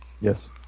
Yes